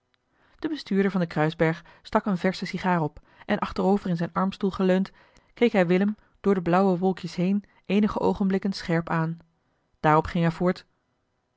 de bestuurder van den kruisberg stak eene versche sigaar op en achterover in zijn armstoel geleund keek hij willem door de blauwe wolkjes heen eenige oogenblikken scherp aan daarop ging hij voort